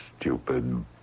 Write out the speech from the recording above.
Stupid